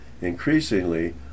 Increasingly